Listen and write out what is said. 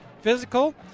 physical